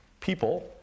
people